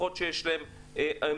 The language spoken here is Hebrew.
משפחות שיש להן מצוקה.